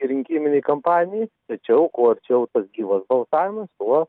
netgi rinkiminei kampanijai tačiau kuo arčiau tas gyvas balsavimas tuo